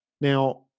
Now